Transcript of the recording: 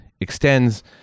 extends